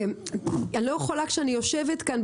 אני לא יכולה כשאני יושבת כאן,